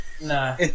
nah